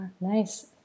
nice